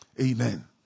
Amen